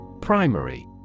Primary